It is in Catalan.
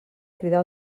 cridar